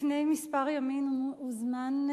לפני כמה ימים הוזמן,